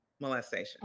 molestation